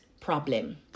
problem